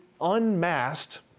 unmasked